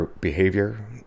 behavior